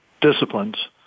disciplines